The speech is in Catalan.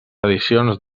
edicions